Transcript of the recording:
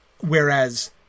Whereas